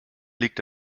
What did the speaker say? liegt